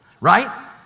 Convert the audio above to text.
Right